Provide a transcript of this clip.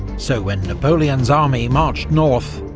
so when napoleon's army marched north,